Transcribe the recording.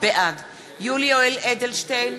יולי יואל אדלשטיין,